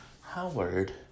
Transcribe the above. Howard